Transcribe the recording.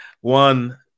one